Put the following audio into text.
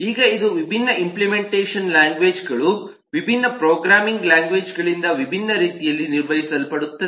ಈಗ ಇದು ವಿಭಿನ್ನ ಇಂಪ್ಲೆಮೆಂಟೇಷನ್ ಲ್ಯಾಂಗ್ವೇಜ್ಗಳು ವಿಭಿನ್ನ ಪ್ರೋಗ್ರಾಮಿಂಗ್ ಲ್ಯಾಂಗ್ವೇಜ್ಗಳಿಂದ ವಿಭಿನ್ನ ರೀತಿಯಲ್ಲಿ ನಿರ್ವಹಿಸಲ್ಪಡುತ್ತದೆ